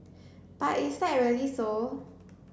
but is that really so